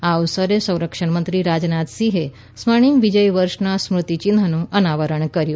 આ અવસરે સંરક્ષણમંત્રી રાજનાથસિંહે સ્વર્ણિમ વિજય વર્ષના સ્મૃતિ ચિન્ફનું અનાવરણ કર્યું